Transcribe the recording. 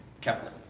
Kepler